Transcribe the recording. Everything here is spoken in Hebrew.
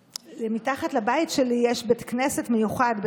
מתחת לבית שלי יש בית כנסת מיוחד,